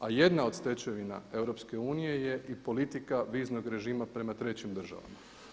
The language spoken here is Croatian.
A jedna od stečevina EU je i politika viznog režima prema trećim državama.